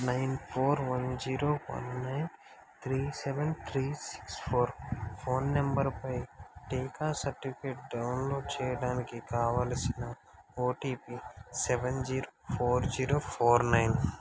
nine four one zero one nine three seven three six four phone నంబరుపై టీకా certificate download చేయడానికి కావలసిన OTP seven zero four zero four nine